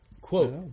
quote